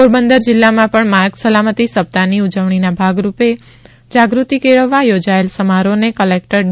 પોરબંદર જીલ્લામાં પણ માર્ગ સલામતી સપ્તાહની ઉજવણીનાં ભાગરૂપે જાગૃતિ કેળવવા યોજાયેલ સમારોહને કલેકટર ડી